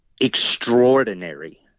extraordinary